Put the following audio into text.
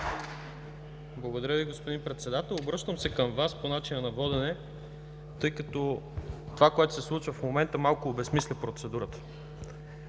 Благодаря Ви, господин Председател. Обръщам се към Вас по начина на водене, тъй като това, което се случва в момента, малко обезсмисля процедурата.